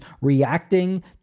reacting